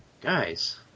Guys